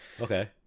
Okay